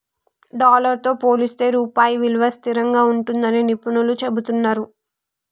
dollar తో పోలిస్తే రూపాయి విలువ స్థిరంగా ఉంటుందని నిపుణులు చెబుతున్నరు